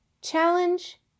Challenge